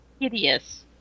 Hideous